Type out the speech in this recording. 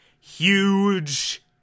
huge